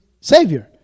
Savior